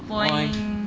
point